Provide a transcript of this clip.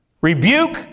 Rebuke